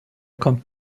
kommt